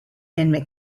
and